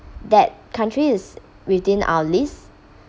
that country is within our list